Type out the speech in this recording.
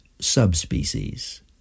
subspecies